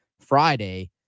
Friday